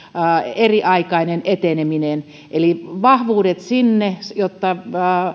eriaikainen eteneminen eli vahvuudet sinne jotta